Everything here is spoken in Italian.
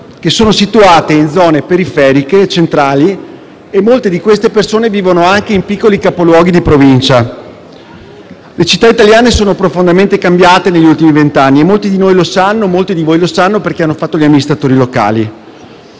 che sono situate in zone periferiche e centrali. Molte di queste persone vivono anche in piccoli capoluoghi di Provincia. Le città italiane sono profondamente cambiate negli ultimi vent'anni - molti di noi e di voi lo sanno, perché hanno fatto gli amministratori locali